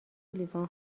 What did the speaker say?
لیوان